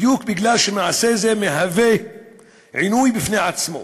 בדיוק בגלל שמעשה זה מהווה עינוי בפני עצמו,